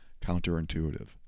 counterintuitive